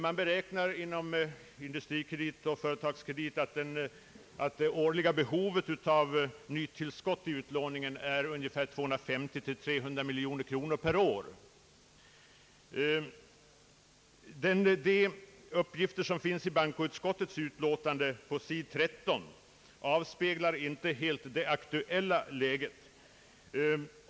Man beräknar inom Industrikredit och Företagskredit att det årliga behovet av nytillskott i utlåningen är ungefär 250 till 300 miljoner kronor per år. De uppgifter som finns i bankoutskottets utlåtande på sidan 13 avspeglar inte det nu aktuella läget.